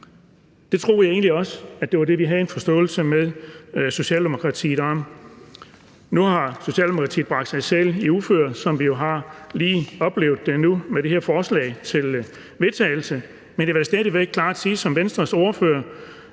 Det troede jeg egentlig også var det, vi havde en forståelse med Socialdemokratiet om. Nu har Socialdemokratiet bragt sig selv i uføre, som vi jo har oplevet det lige nu med det her forslag til vedtagelse, men jeg vil stadig væk klart sige som Venstres ordfører,